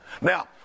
Now